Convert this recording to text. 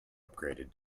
upgraded